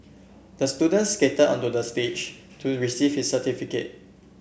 the student skated onto the stage to receive his certificate